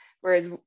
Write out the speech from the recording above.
Whereas